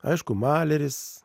aišku maleris